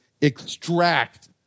extract